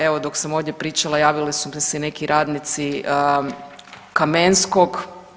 Evo dok sam ovdje pričala javili su mi se neki radnici Kamenskog.